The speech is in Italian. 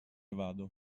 vado